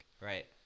Right